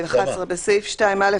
10. בסעיף 2(א),